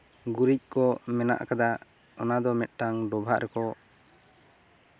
ᱜᱩᱨᱤᱡ ᱠᱚ ᱢᱮᱱᱟᱜ ᱟᱠᱟᱫᱟ ᱚᱱᱟ ᱫᱚ ᱢᱤᱫᱴᱟᱱ ᱰᱚᱵᱷᱟᱜ ᱨᱮᱠᱚ